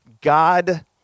God